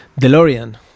DeLorean